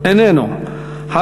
אינו נוכח,